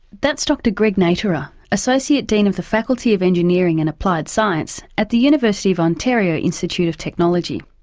that's dr greg naterer, associate dean of the faculty of engineering and applied science at the university of ontario institute of technology.